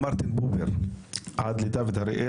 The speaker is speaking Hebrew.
ממרטין בובר עד לדוד הראל,